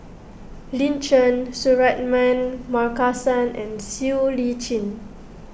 Lin Chen Suratman Markasan and Siow Lee Chin